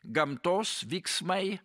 gamtos vyksmai